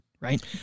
right